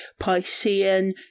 Piscean